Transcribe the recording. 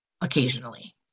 occasionally